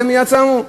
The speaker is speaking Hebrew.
את זה מייד שמו.